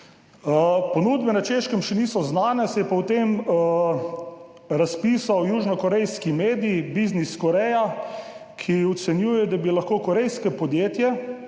Ponudbe na Češkem še niso znane, se je pa o tem razpisal južnokorejski medij Businesskorea, ki ocenjuje, da bi lahko korejsko podjetje,